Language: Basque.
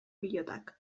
pilotak